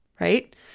right